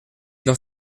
dans